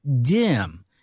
dim